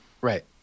Right